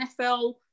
NFL